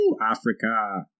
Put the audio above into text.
Africa